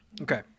Okay